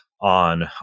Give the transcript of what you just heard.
on